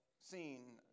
seen